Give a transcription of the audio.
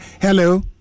Hello